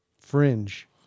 fringe